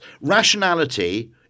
rationality